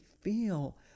feel